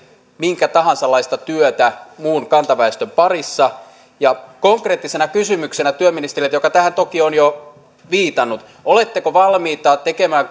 minkälaista tahansa työtä muiden kantaväestön parissa ja konkreettisena kysymyksenä työministerille joka tähän toki on jo viitannut oletteko valmis tekemään